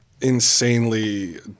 insanely